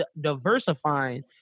diversifying